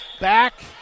Back